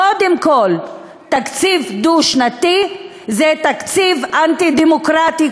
קודם כול תקציב דו-שנתי זה תקציב אנטי-דמוקרטי,